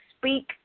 speak